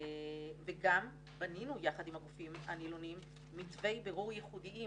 וגם בנינו יחד עם הגופים הנילונים מתווי בירור ייחודיים